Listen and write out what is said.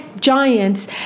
giants